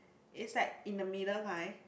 is like in the middle kind